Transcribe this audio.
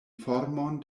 formon